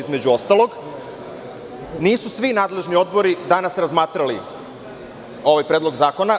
Između ostalog nisu svi nadležni odbori danas razmatrali ovaj predlog zakona.